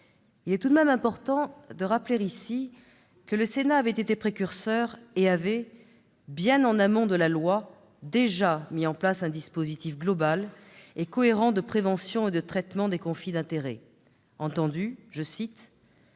Il est tout de même important de rappeler ici que le Sénat, en la matière, avait été précurseur ; il avait, bien en amont de la loi, déjà mis en place un dispositif global et cohérent de prévention et de traitement des conflits d'intérêts, entendus, je cite,